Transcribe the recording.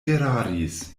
eraris